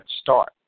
start